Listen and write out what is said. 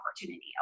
opportunity